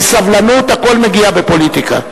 עם סבלנות הכול מגיע בפוליטיקה.